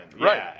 right